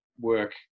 work